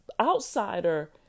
outsider